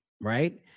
right